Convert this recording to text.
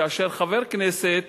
כאשר חבר כנסת